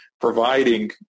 providing